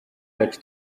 yacu